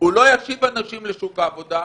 הוא לא ישיב אנשים לשוק העבודה,